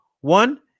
One